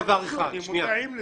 מודעים לזה.